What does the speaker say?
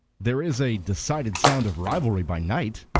there is a decided sound of revelry by night.